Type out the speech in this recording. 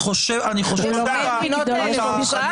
הוא למד מגדולים ממנו.